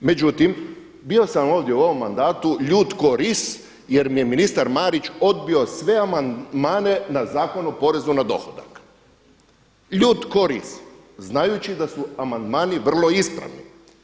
Međutim, bio sam ovdje u ovom mandatu ljut ko ris jer mi je ministar Marić odbio sve amandmane na Zakon o porezu na dohodak, ljut ko ris znajući da su amandmani vrlo ispravni.